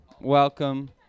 welcome